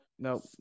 No